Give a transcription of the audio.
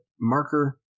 marker